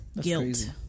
guilt